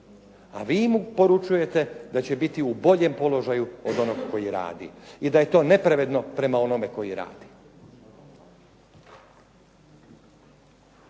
a vi mu poručujete da će biti u boljem položaju od onoga koji radi i da je to nepravedno prema onome koji radi.